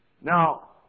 Now